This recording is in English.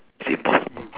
is it possible